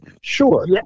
Sure